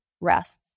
rests